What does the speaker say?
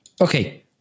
Okay